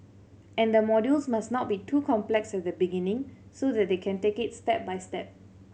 and the modules must not be too complex at the beginning so that they can take it step by step